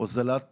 הוזלת